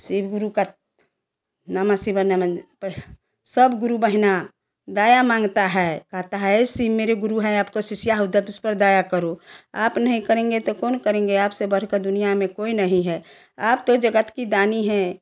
शिव गुरु का नमः शिवाय नमन सब गुरु बहिना दया मांगता है कहता है शिव मेरे गुरु हैं आपको शिष्या हूँ तब इस पर दया करो आप नहीं करेंगे तो कौन करेंगे आपसे बढ़कर दुनिया में कोई नहीं है आप तो जगत के दानी है